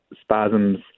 spasms